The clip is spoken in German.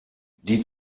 die